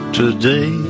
today